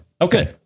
Okay